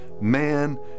man